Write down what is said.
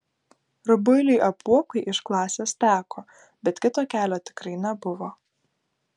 rubuiliui apuokui iš klasės teko bet kito kelio tikrai nebuvo